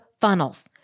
funnels